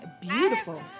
Beautiful